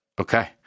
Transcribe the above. Okay